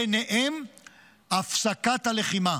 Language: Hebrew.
ובהם הפסקת הלחימה.